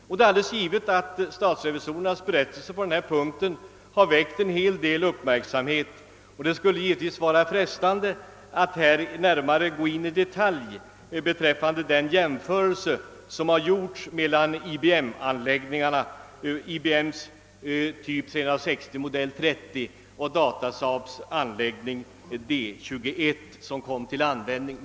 Det är alldeles givet att statsrevisorernas berättelse på denna punkt har väckt en hel del uppmärksamhet, och det skulle naturligtvis vara frestande att här gå in på detaljer beträffande den jämförelse som gjorts mellan IBM:s typ 360, modell 30, och Data-SAAB:s anläggning D 21 som kom till användning.